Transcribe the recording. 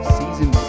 season